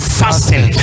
fasting